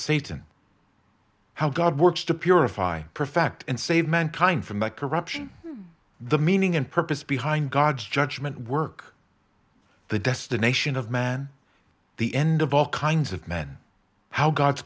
satan how god works to purify perfect and save mankind from the corruption the meaning and purpose behind god's judgment work the destination of man the end of all kinds of men how god